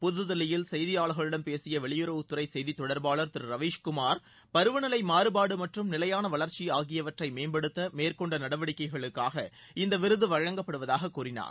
புதுதில்லியில் செய்தியாளர்களிடம் பேசிய வெளியுறவுத்துறை செய்தித் தொட்ர்பாளர் திரு ரவீஷ் குமார் பருவநிலை மாறுபாடு மற்றும் நிலையான வளர்ச்சி ஆகியவற்றை மேம்படுத்த மேற்கொண்ட நடவடிக்கைகளுக்காக இந்த விருது வழங்கப்படுவதாக கூறினார்